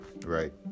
Right